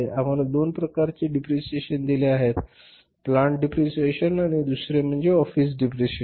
आम्हाला दोन प्रकारचे डिप्रिशिएशन दिले आहेत प्लान्ट डिप्रिशिएशन आणि दुसरे म्हणजे ऑफिस डिप्रिशिएशन